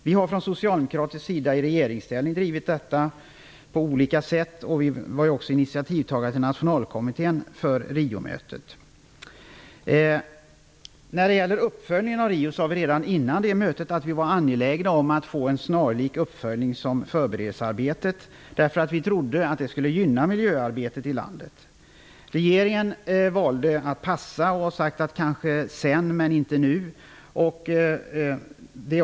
Vi har från socialdemokratisk sida i regeringsställning drivit detta på olika sätt, och vi var också initiativtagare till Nationalkommittén för Vi sade redan innan Riomötet att vi var angelägna om att få en uppföljning som var snarlik förberedelsearbetet, därför att vi trodde att det skulle gynna miljöarbetet i landet. Regeringen valde att passa och sade: Sedan, men inte nu.